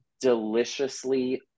deliciously